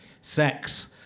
sex